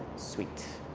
sweet.